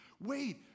Wait